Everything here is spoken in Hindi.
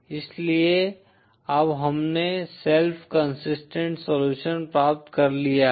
इसलिए अब हमने सेल्फ कंसिस्टेंट सलूशन प्राप्त कर लिया है